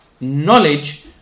knowledge